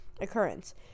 occurrence